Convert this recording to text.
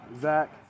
Zach